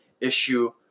issue –